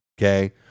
Okay